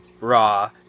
raw